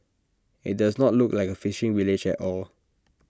IT does not look like A fishing village at all